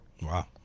Wow